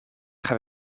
gaan